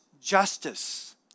justice